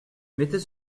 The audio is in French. mettez